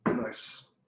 Nice